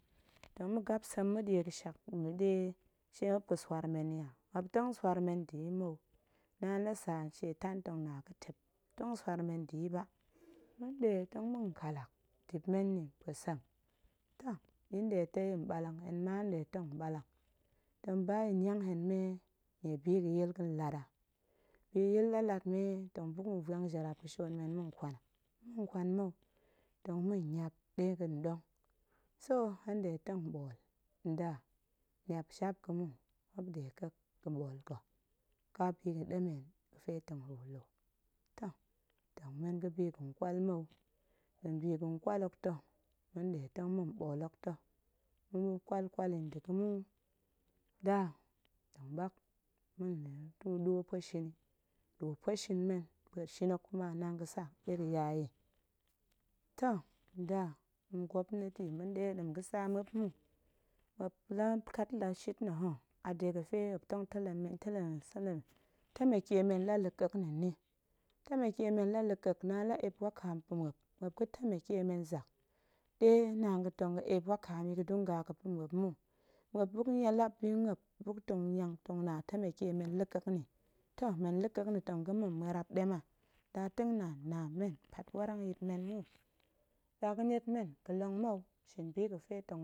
Tong ma̱gap sem ma̱ɗie ga̱shak ma̱ɗie shie muop ga̱swar men yi a, muop tong swar men nda̱ ya̱ mou, naan la sa shietan tong naga̱tep, muop tong swar men nda̱ ya̱ toh ma̱nɗe tong ma̱n ƙallak ndip men nni mpue sem, toh ya̱ nɗe tong ya̱ mɓallang hen ma hen nɗe tong mɓallang, tong ba ya̱ niang hen mee nnie bi ga̱yil ga̱n ɗallang, bi ga̱yil lalat mee tong buk ma̱ vuang jaraap ga̱shion men ma̱n kwan a, ma̱nkwan mou tong ma̱niap ɗe ga̱nɗong, so hen nɗe tong mɓool nda niap jap ga̱ mu muop nɗe ƙek ga̱ɓool ga̱ ƙa biga̱ɗemen ga̱fe tong ru nlu, toh tong men ga̱bi ga̱nƙwal mou, nɗa̱a̱n biga̱n ƙwal hok ta̱ ma̱nɗe tong ma̱nɓool ga̱, ɗe ma̱ ƙwalƙwal yi nda̱ ga̱ mu. nda tong ɓak nɗe tong ma̱ɗwo pueshin yi, ɗwo pueshin men pueshin hok kuma naan ga̱sa ɗe ga̱ ya yi, toh nda ma̱n gwopnati ma̱nɗe ɗem ƙa̱a̱t ga̱tsa muop mu, muop la kat la shit nna̱ ho, a dega̱ ɗe muop ga̱temeke men la la̱ƙek nna̱ nni, temeke men la la̱ƙek naan la eep wakaam pa̱ muop, muop ga̱ temeke men zak, ɗe naan ga̱ eep wakaam yi ga̱ pa̱ muop mu, muop buk lap bi muop buk tong niang ga̱na temeke men la̱ƙek nni, toh men la̱ƙek nna̱ tong ga̱ ma̱n muarap ɗem a, ndantengnaan na men pat warang nyit men mu, tsa ga̱niet men ga̱long mou, shin bi ga̱fe tong,